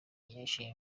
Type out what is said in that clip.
ibyishimo